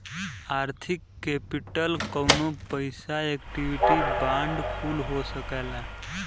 आर्थिक केपिटल कउनो पइसा इक्विटी बांड कुल हो सकला